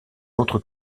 autre